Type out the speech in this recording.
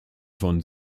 von